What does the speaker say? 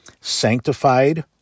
sanctified